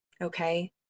okay